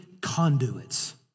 conduits